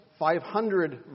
500